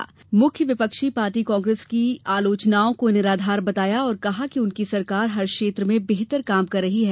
उन्होंने राज्य की मुख्य विपक्षी पार्टी कांग्रेस की आलोचनाओं को निराधार बताया और कहा कि उनकी सरकार ने हर क्षेत्र में बेहतर काम कर रही है